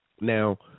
Now